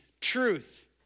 truth